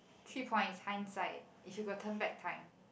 three points hindsight if you could turn back time